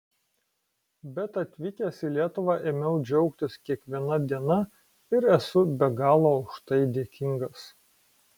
bet atvykęs į lietuvą ėmiau džiaugtis kiekviena diena ir esu be galo už tai dėkingas